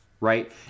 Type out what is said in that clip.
right